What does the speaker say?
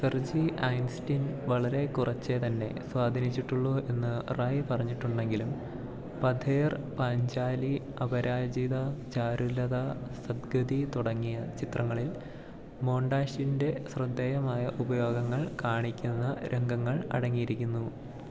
Sergey Eisenstein വളരെ കുറച്ചേ തന്നെ സ്വാധീനിച്ചിട്ടുള്ളൂ എന്ന് റായി പറഞ്ഞിട്ടുണ്ടെങ്കിലും പഥേർ പാഞ്ചാലി അപരാജിതാ ചാരുലത സദ്ഗതി തുടങ്ങിയ ചിത്രങ്ങളിൽ മൊണ്ടാഷിൻ്റെ ശ്രദ്ധേയമായ ഉപയോഗങ്ങൾ കാണിക്കുന്ന രംഗങ്ങൾ അടങ്ങിയിരിക്കുന്നു